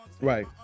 right